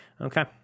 Okay